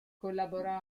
collaborò